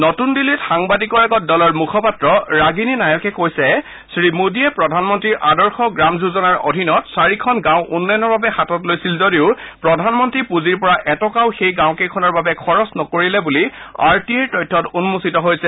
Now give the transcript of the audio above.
নতুন দিল্লীত সাংবাদিকৰ আগত দলৰ মুখপাত্ৰ ৰাগিনী নায়কে কৈছে শ্ৰী মোদীয়ে প্ৰধানমন্নী আদৰ্শ গ্ৰাম যোজনাৰ অধীনত চাৰিখন গাঁও উন্নয়নৰ বাবে হাতত লৈছিল যদিও প্ৰধানমন্ত্ৰী পুঁজিৰ পৰা এটকাও সেই গাঁওকেইখনৰ বাবে খৰচ নকৰিলে বুলি আৰ টি আইৰ তথ্যত উম্মোচিত হৈছে